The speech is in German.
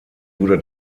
wurde